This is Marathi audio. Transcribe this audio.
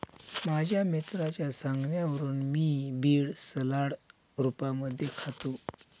माझ्या मित्राच्या सांगण्यावरून मी बीड सलाड रूपामध्ये खातो